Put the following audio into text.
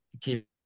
keep